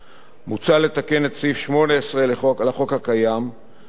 מוצע לתקן את סעיף 18 לחוק הקיים שמחיל את